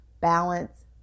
balance